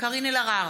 קארין אלהרר,